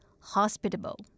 hospitable